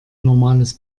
normales